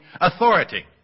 authority